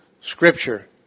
scripture